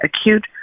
Acute